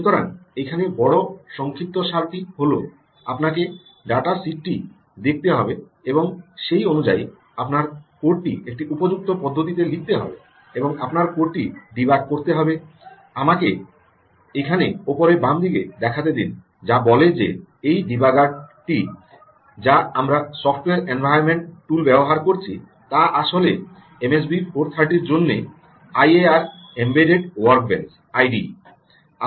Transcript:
সুতরাং এখানে বড় সংক্ষিপ্তসারটি হল আপনাকে ডাটাশিটটি দেখতে হবে এবং সেই অনুযায়ী আপনার কোডটি একটি উপযুক্ত পদ্ধতিতে লিখতে হবে এবং আপনার কোডটি ডিবাগ করতে হবে আমাকে এখানে উপরে বাম দিকে দেখাতে দিন যা বলে যে এই ডিবাগারটি যা আমরা সফ্টওয়্যার এনভায়রনমেন্ট টুলটি ব্যবহার করছি তা আসলে এমএসবি 430 এর জন্য আইএআর এম্বেডড ওয়ার্কবেঞ্চ আইডিই